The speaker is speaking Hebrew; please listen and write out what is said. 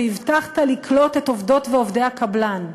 והבטחת לקלוט את עובדות ועובדי הקבלן.